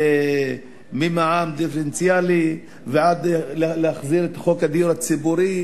ממע"מ דיפרנציאלי ועד להחזרת חוק הדיור הציבורי